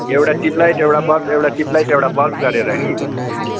एउटा ट्यबलाइट एउटा बल्ब एउटा ट्युबलाइट एउटा बल्ब गरेर नि